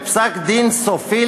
בפסק-דין סופי,